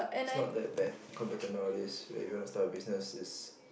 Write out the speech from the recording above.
it's not that bad compared to nowadays where if you wanna start a business is